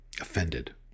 offended